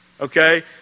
okay